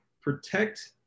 protect